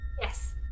Yes